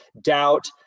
doubt